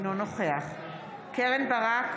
אינו נוכח קרן ברק,